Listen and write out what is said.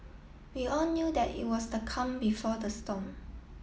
we all knew that it was the calm before the storm